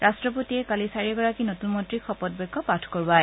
ৰাট্টপতিয়ে কালি চাৰিগৰাকী নতুন মন্ত্ৰীক শপতবাক্য পাঠ কৰোৱায়